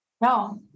No